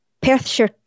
Perthshire